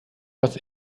was